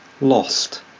Lost